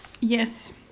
Yes